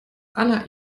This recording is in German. aller